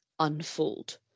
unfold